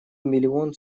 миллион